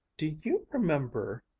do you remember,